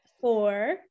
four